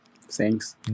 Thanks